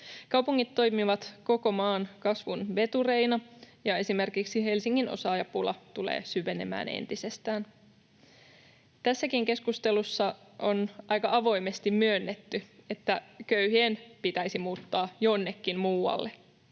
Kaupungit toimivat koko maan kasvun vetureina, ja esimerkiksi Helsingin osaajapula tulee syvenemään entisestään. Tässäkin keskustelussa on aika avoimesti myönnetty, että köyhien pitäisi muuttaa jonnekin muualle,